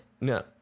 No